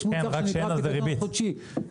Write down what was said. יש מוצר שנקרא פיקדון חודשי.